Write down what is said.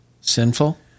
Sinful